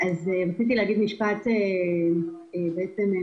להגיד משפט פותח.